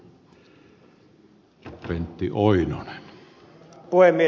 arvoisa puhemies